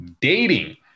dating